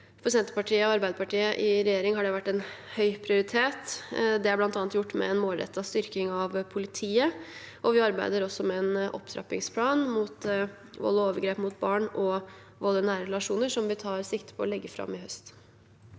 For Senterpartiet og Arbeiderpartiet i regjering har dette vært en høy prioritet. Det er bl.a. gjort med en målrettet styrking av politiet, og vi arbeider også med en opptrappingsplan mot vold i nære relasjoner og vold og overgrep mot barn, som vi tar sikte på å legge fram i høst.